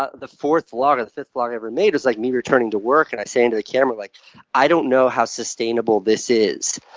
ah the fourth blog or the fifth blog i ever made was like me returning to work. and i say into the camera, like i don't know how sustainable this is.